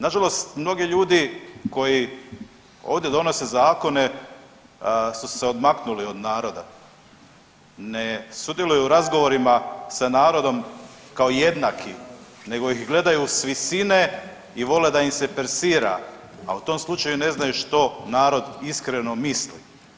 Nažalost mnogi ljudi koji ovdje donose zakone su se odmaknuli od naroda, ne sudjeluju u razgovorima sa narodom kao jednakim nego ih gledaju s visine i vole da im se persira, a u tom slučaju ne znaju što narod iskreno misli.